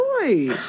boy